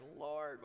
Lord